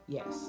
Yes